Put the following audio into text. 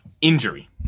Injury